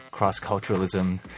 cross-culturalism